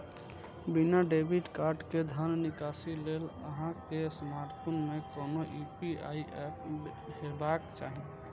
बिना debit card के धन निकासी लेल अहां के स्मार्टफोन मे कोनो यू.पी.आई एप हेबाक चाही